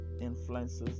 influences